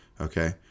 Okay